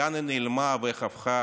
לאן היא נעלמה, ואיך הפכה